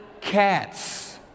cats